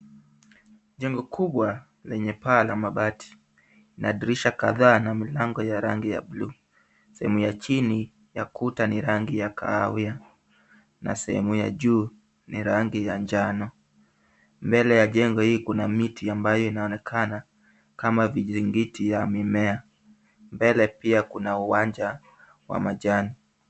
Jengo kubwa lenye paa la mabati na dirisha kadhaa na mlango ya rangi ya buluu. Sehemu ya chini ya kuta ni rangi ya kahawia na sehemu ya juu ni rangi ya njano. Mbele ya jengo hii kuna miti ambayo inaonekana kama vijingiti ya mimea, mbele pia kuna uwanja wa majani.